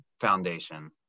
foundation